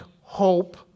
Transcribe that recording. hope